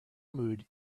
mood